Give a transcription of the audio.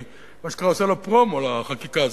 אני, מה שנקרא, עושה לו פרומו לחקיקה הזאת,